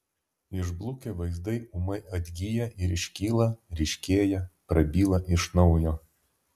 išblukę vaizdai ūmai atgyja ir iškyla ryškėja prabyla iš naujo